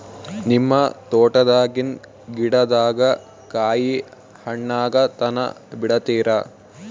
ನಿಮ್ಮ ತೋಟದಾಗಿನ್ ಗಿಡದಾಗ ಕಾಯಿ ಹಣ್ಣಾಗ ತನಾ ಬಿಡತೀರ?